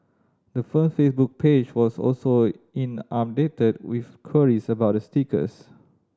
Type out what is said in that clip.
the firm Facebook page was also inundated with queries about the stickers